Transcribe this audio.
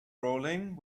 rolling